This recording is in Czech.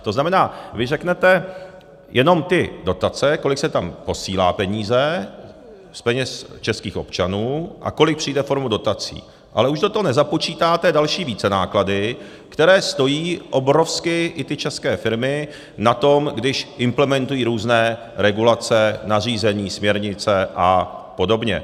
To znamená, vy řeknete jenom ty dotace, kolik se tam posílá peněz z peněz českých občanů a kolik přijde formou dotací, ale už do toho nezapočítáte další vícenáklady, které stojí obrovsky, i ty české firmy, na tom, když implementují různé regulace, nařízení, směrnice a podobně.